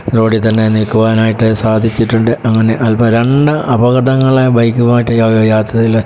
റോഡിൽ തന്നെ നിൽക്കുവാനായിട്ട് സാധിച്ചിട്ടുണ്ട് അങ്ങനെ അൽപ്പം രണ്ട് അപകടങ്ങളെ ബൈക്കുമായിട്ട് യാത്രയിൽ